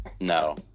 no